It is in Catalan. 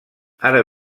ara